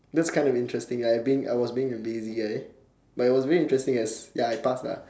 just kind of interesting ya I being I was being a lazy guy but it was very interesting as ya I passed lah